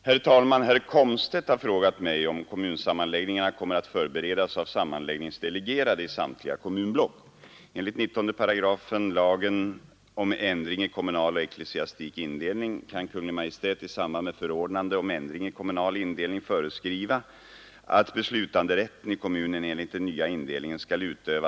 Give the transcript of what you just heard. Herr talman! Herr Komstedt har frågat mig om kommunsammanläggningarna kommer att förberedas av sammanläggningsdelegerade i samtliga kommunblock.